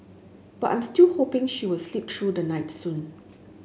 but I'm still hoping she was sleep through the night soon